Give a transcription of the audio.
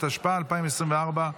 התשפ"ה 2024,